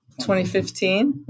2015